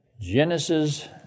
Genesis